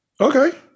Okay